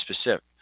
specific